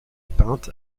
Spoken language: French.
peinte